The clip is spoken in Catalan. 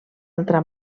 altra